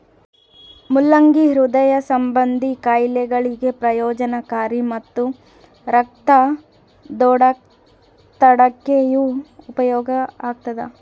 ಮುಲ್ಲಂಗಿ ಹೃದಯ ಸಂಭಂದಿ ಖಾಯಿಲೆಗಳಿಗೆ ಪ್ರಯೋಜನಕಾರಿ ಮತ್ತು ರಕ್ತದೊತ್ತಡಕ್ಕೆಯೂ ಉಪಯೋಗ ಆಗ್ತಾದ